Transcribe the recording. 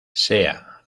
sea